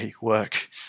work